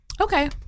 okay